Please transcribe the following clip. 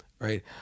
right